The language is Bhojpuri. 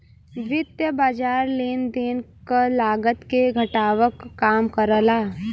वित्तीय बाज़ार लेन देन क लागत के घटावे क काम करला